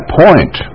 point